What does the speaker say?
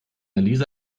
lisa